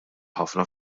ħafna